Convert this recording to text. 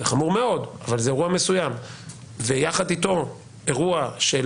זה חמור מאוד אבל זה אירוע מסוים ויחד איתו אירוע של